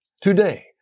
Today